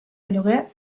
lloguer